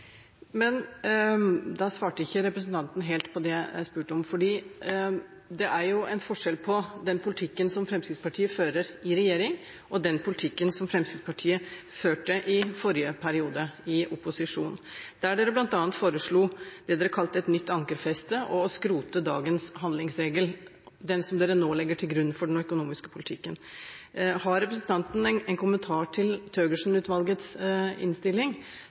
svarte ikke helt på det jeg spurte om. Det er en forskjell på den politikken som Fremskrittspartiet fører i regjering og den politikken som Fremskrittspartiet førte i forrige periode i opposisjon, der dere bl.a. foreslo det dere kalte et nytt ankerfeste, og å skrote dagens handlingsregel, den som dere nå legger til grunn for den økonomiske politikken. Har representanten en kommentar til Thøgersen-utvalgets innstilling,